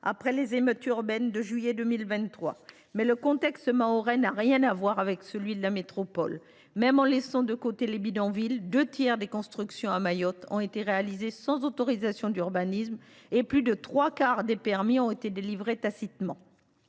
après les émeutes urbaines de juillet 2023. Pourtant, le contexte mahorais n’a rien à voir avec celui de la métropole : même en écartant les bidonvilles, deux tiers des constructions de Mayotte ont été réalisés sans autorisation d’urbanisme et plus de trois quarts des permis ont été délivrés tacitement.